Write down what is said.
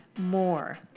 more